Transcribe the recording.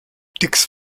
dix